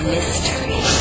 Mystery